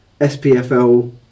SPFL